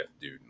dude